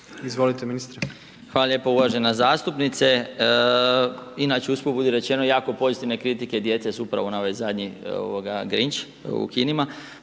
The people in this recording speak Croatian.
**Marić, Zdravko** Hvala lijepo uvažena zastupnice, inače usput budi rečeno jako pozitivne kritike djece su upravo na ovaj zadnji grinč, u kinima,